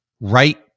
right